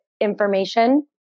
information